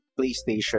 PlayStation